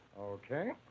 Okay